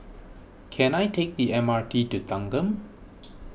can I take the M R T to Thanggam